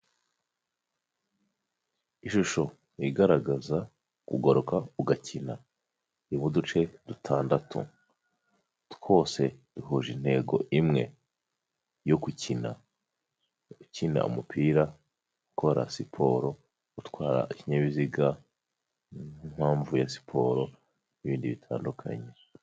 Ishusho igaragaza kugaruka ugakina, irimo uduce dutandatu, twose duhuje intego imwe yo gukina, ukina umupira, ukora siporo, utwara ikinyabiziga, ni impamvu ya siporo n'ibindi bitandukanye.